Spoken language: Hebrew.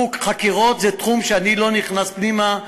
חקירות זה תחום שאני לא נכנס פנימה,